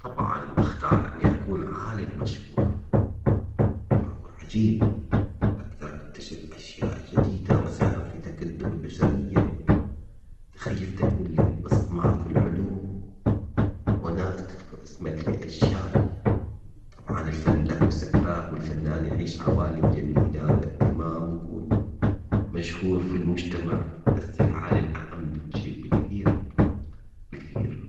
طبعا اختار اني اكون عالم مشهور. شعور عجيب اقدر اكتشف اشياء جديدة واساهم في تقدم البشرية. تخيل تكون لك بصمة في العلوم. وناس تذكر اسمك لاجيال. طبعا الفن له سحره والفنان يعيش جميلة واهتمام ويكون مشهور في المجتمع بس العالم اهم بكثير. بكثير